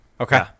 okay